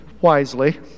wisely